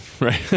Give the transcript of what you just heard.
Right